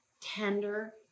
tender